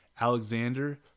Alexander